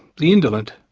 the indolent.